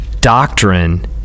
doctrine